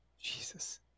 Jesus